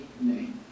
name